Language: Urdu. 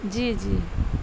جی جی